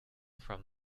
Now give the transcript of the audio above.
from